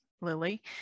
Lily